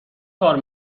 کار